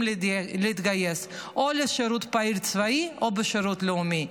להתגייס או לשירות צבאי פעיל או לשירות לאומי.